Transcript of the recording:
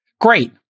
Great